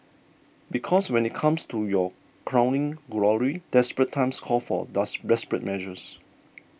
because when it comes to your crowning glory desperate times call for desperate measures